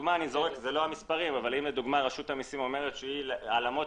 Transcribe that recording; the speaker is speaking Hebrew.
אם לדוגמה רשות המסים אומרת שהיא מתעסקת עם העלמות